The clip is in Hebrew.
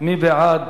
מי בעד